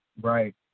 Right